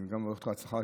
אני גם מברך אותך בהצלחה,